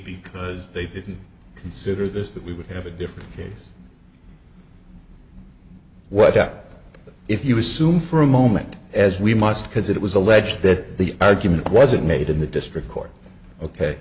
because they didn't consider this that we would have a different case what if you assume for a moment as we must because it was alleged that the argument wasn't made in the district court ok